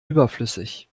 überflüssig